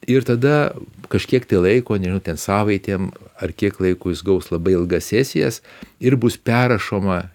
ir tada kažkiek tai laiko nežinau ten savaitėm ar kiek laiko jis gaus labai ilgas sesijas ir bus perrašoma